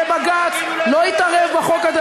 ובג"ץ לא יתערב בחוק הזה,